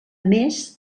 més